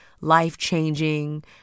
life-changing